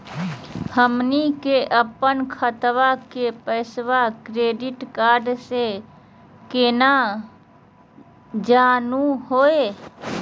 हमनी के अपन खतवा के पैसवा डेबिट कार्ड से केना जानहु हो?